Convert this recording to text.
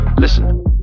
Listen